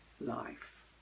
life